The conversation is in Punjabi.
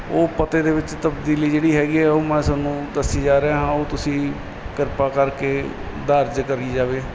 ਉਹ ਪਤੇ ਦੇ ਵਿੱਚ ਤਬਦੀਲੀ ਜਿਹੜੀ ਹੈਗੀ ਹੈ ਉਹ ਮੈਂ ਤੁਹਾਨੂੰ ਦੱਸੀ ਜਾ ਰਿਹਾ ਹਾਂ ਉਹ ਤੁਸੀਂ ਕਿਰਪਾ ਕਰਕੇ ਦਰਜ ਕਰੀ ਜਾਵੇ